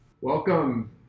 Welcome